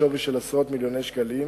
בשווי של עשרות מיליוני שקלים,